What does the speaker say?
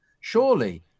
Surely